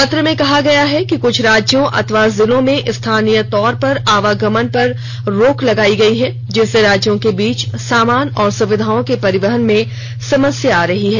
पत्र में कहा गया है कि कुछ राज्यों अथवा जिलों में स्थानीय तौर पर आवागमन पर कुछ रोक लगाई गई है जिससे राज्यों के बीर्च सामान और सुविधाओं के परिवहन में समस्या आ रही है